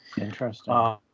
Interesting